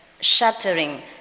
shattering